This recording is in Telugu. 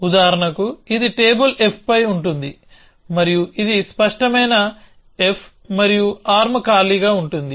ఉదాహరణకుఇది టేబుల్ f పై ఉంటుంది మరియు ఇది స్పష్టమైన f మరియు ఆర్మ్ ఖాళీగా ఉంటుంది